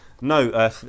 no